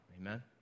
Amen